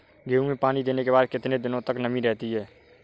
गेहूँ में पानी देने के बाद कितने दिनो तक नमी रहती है?